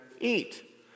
eat